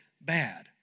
bad